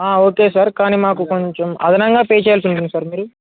okay sir కానీ మాకు కొంచెం అదనంగా పే చేయాల్సి ఉంటుంది సార్ మరి